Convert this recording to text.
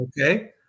Okay